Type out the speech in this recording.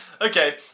Okay